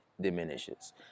diminishes